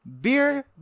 Beer